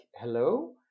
hello